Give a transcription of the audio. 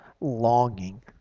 longing